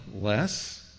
less